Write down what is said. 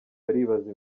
baribaza